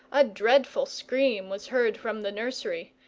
a dreadful scream was heard from the nursery,